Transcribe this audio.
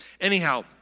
Anyhow